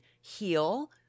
heal